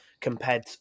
compared